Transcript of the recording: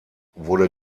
wurde